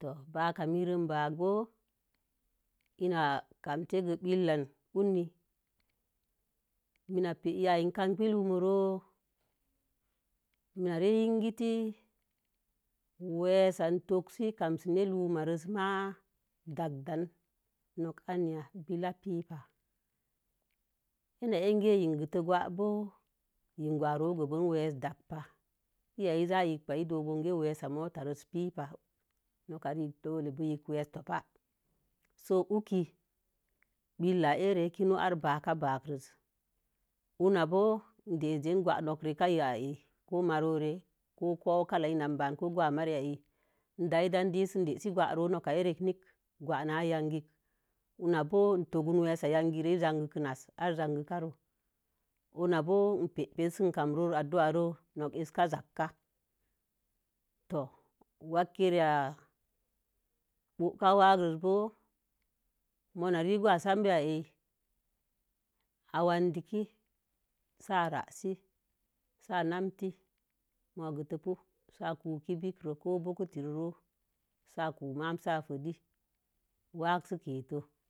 toh bwaka merik i ba'ai kame’ rə tə gbəlan uni mii kam yihai ah mina mi kə e’ kamgi no̱o̱ron bo̱o̱. mii rə yikitə bo̱o̱ weesə i toksə i kam sə mə no̱o̱ron ma dak dan. Nok an ya bila piba in akə bo̱o̱ yikin bo̱o̱ yin gowa rə bo̱o̱ weesə dan pa eya i za yikwerk. Bo̱o̱ kei weesə pi pa. Nok gamdole sə, so ugi gbela are sə a kino̱o̱, ugii gbela are a kino̱o̱ ugii gbela are a kino̱o̱ arei bakabak wo̱o̱na bo̱o̱ dəsə dan nok reka yiha’ are ko marore ko kwa'u koma ko gowamare i da'an dan de'e’ nok ka ere nek kwau na yaggi huna bo̱o uhur bo̱o̱ e tok nee weesə are zagiga rei hunae’ bo̱o̱ e pepen sə e’ gam ro̱ore aduwa re nookə aka zakka. To wa kere boka'u wa'akec muna rih gowasə bii aii awan di ki sə a'a rasə sə a'a ku kookonti ro̱o̱ sə a kəkeki wa'a sə ketə